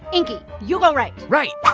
inky, you go right. right.